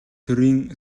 төрийн